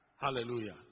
Hallelujah